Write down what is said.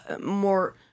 more